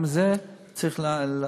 גם על זה צריך להעניש.